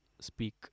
speak